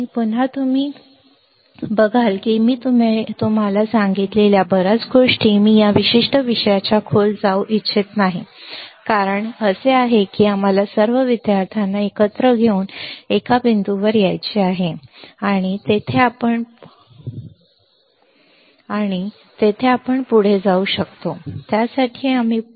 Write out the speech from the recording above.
पुन्हा तुम्ही बघाल की मी तुम्हाला सांगितलेल्या बर्याच गोष्टी मी या विशिष्ट विषयाच्या खोल जाऊ इच्छित नाही याचे कारण असे आहे की आम्हाला सर्व विद्यार्थ्यांना एकत्र घेऊन एका बिंदूवर यायचे आहे आणि तेथे आपण पुढे जाऊ शकतो आम्ही त्यासाठी पुढे जाऊ शकतो